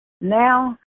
Now